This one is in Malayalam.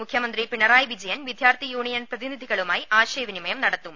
മുഖ്യമൂന്തി പിണറായി വിജയൻ വിദ്യാർഥി യൂണിയൻ പ്രതിനിധിക്കളുമായി ആശയവിനിമയം നടത്തും